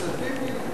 כספים.